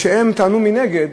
והם טענו מנגד